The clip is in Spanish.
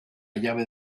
llave